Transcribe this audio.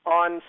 on